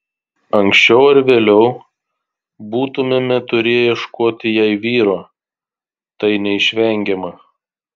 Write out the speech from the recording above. anksčiau ar vėliau būtumėme turėję ieškoti jai vyro tai neišvengiama